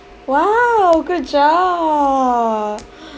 !wow! good job